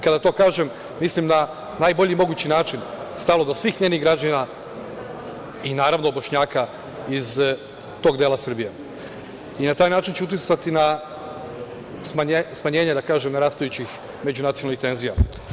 Kada to kažem mislim na najbolji mogući način da je stalo do svih njenih građana i, naravno Bošnjaka iz tog dela Srbije i na taj način ću uticati na smanjenje rastućih međunacionalnih tenzija.